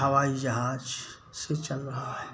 हवाई जहाज़ से चल रहा है